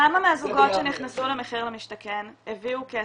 כמה מהזוגות שנכנסו ל'מחיר למשתכן' הביאו כסף,